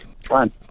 Fine